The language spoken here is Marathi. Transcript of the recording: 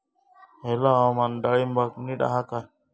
हयला हवामान डाळींबाक नीट हा काय?